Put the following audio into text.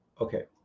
Okay